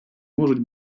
можуть